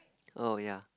oh ya